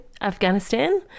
Afghanistan